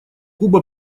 куба